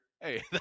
hey